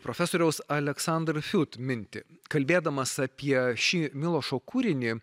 profesoriaus aleksandr fiut mintį kalbėdamas apie šį milošo kūrinį